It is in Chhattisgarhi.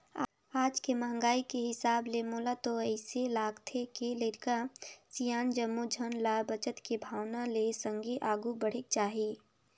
आज के महंगाई के हिसाब ले मोला तो अइसे लागथे के लरिका, सियान जम्मो झन ल बचत के भावना ले संघे आघु बढ़ेक चाही